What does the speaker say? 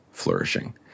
Flourishing